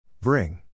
Bring